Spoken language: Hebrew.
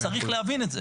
צריך להבין את זה.